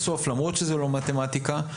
למרות שזאת לא מתמטיקה,